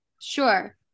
Sure